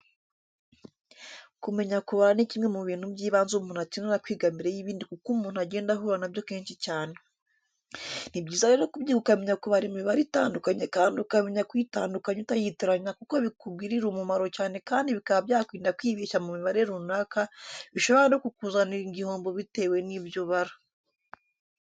Kumenya kubara ni kimwe mu bintu by'ibanze umuntu akenera kwiga mbere y'ibindi kuko umuntu agenda ahura na byo kenshi cyane. Ni byiza rero kubyiga ukamenya kubara imibare itandukanye kandi ukamenya kuyitandukanya utayitiranya kuko bikugirira umumaro cyane kandi bikaba byakurinda kwibeshya mu mibare runaka bishobora no kukuzanira igihombo bitewe n'ibyo ubara.